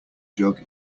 jug